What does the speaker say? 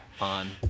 On